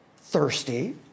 thirsty